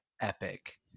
epic